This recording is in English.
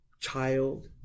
child